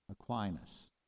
Aquinas